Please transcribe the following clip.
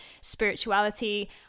spirituality